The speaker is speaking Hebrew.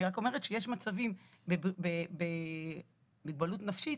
אני רק אומרת שיש מצבים במוגבלות נפשית